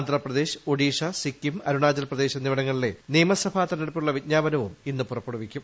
ആന്ധ്രാപ്രദേശ് ഒഡീഷ സിക്കിം അരുണാചൽ പ്രദേശ് എന്നിവിടങ്ങളിലെ നിയമസഭാ തെരഞ്ഞെടുപ്പിനുള്ള വിജ്ഞാപനവും ഇന്ന് പുറപ്പെടുവിക്കും